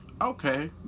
okay